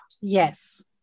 Yes